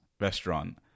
restaurant